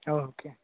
okay